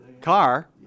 car